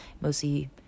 mostly